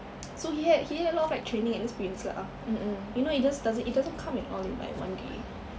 so he had he had a lot of like training and experience lah you know it just doesn't it doesn't come in all in one day